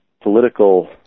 political